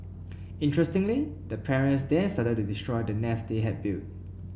interestingly the parents then started to destroy the nest they had built